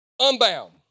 unbound